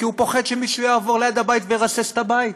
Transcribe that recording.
כי הוא פוחד שמישהו יעבור ליד הבית וירסס את הבית.